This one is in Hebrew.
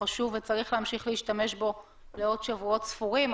צריכים להפסיק להשתמש בכלי בתנאים הנוכחיים,